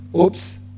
Oops